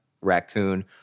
raccoon